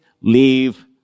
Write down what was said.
leave